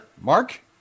Mark